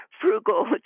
frugal